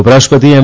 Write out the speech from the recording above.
ઉપરાષ્ટ્રપતિ એમ